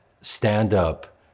stand-up